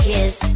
Kiss